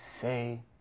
say